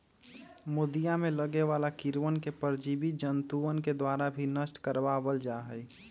मोदीया में लगे वाला कीड़वन के परजीवी जंतुअन के द्वारा भी नष्ट करवा वल जाहई